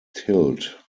tilt